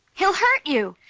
he'll hurt you.